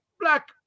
black